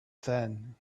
then